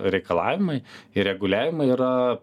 reikalavimai ir reguliavimai yra